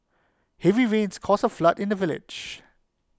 A comma can change the meaning of A sentence entirely